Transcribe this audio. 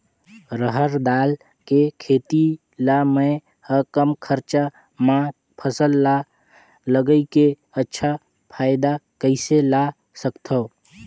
रहर दाल के खेती ला मै ह कम खरचा मा फसल ला लगई के अच्छा फायदा कइसे ला सकथव?